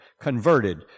converted